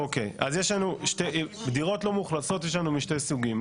אוקיי דירות לא מאוכלסות יש לנו משני סוגים,